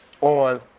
on